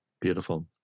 Beautiful